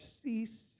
cease